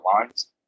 Lines